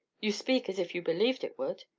you speak as if you believed it would.